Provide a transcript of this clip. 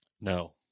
No